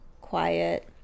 quiet